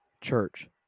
church